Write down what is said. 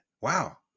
Wow